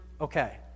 Okay